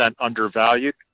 undervalued